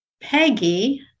Peggy